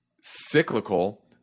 cyclical